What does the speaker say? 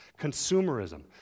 consumerism